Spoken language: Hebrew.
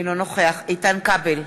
אינו נוכח איתן כבל,